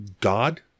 God